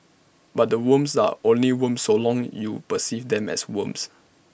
but the worms are only worms so long you perceive them as worms